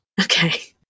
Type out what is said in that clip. Okay